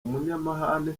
umunyamahane